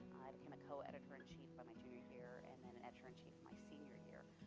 i became a co-editor-in-chief by my junior year, and then editor-in-chief my senior year,